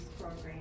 program